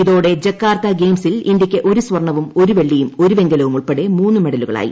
ഇതോടെ ജക്കാർത്ത ഗെയിംസിൽ ഇന്ത്യയ്ക്ക് ഒരു സ്വർണവും ഒരു വെള്ളിയും ഒരു വെങ്കലവും ഉൾപ്പെടെ മൂന്ന് മെഡലുകളായി